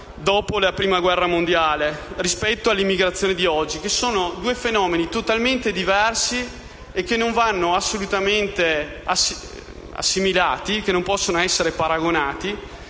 dopo la Prima guerra mondiale con le migrazioni di oggi: sono due fenomeni totalmente diversi, che non vanno assolutamente assimilati e non possono essere paragonati.